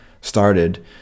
started